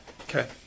okay